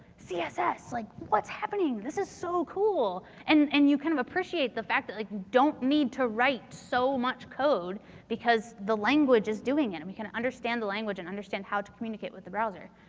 css! like, what's happening? this is so cool. and and you kind of appreciate the fact that you like don't need to write so much code because the language is doing it. and we can understand the language and understand how to communicate with the browser.